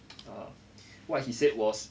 err what he said was